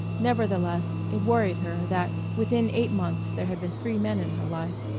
nevertheless, it worried her that within eight months there had been three men in her life.